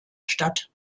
stadt